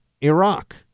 Iraq